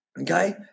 okay